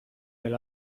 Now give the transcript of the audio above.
del